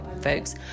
folks